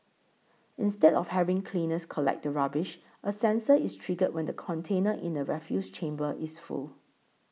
instead of having cleaners collect the rubbish a sensor is triggered when the container in the refuse chamber is full